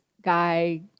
guy